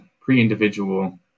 pre-individual